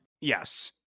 Yes